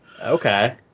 Okay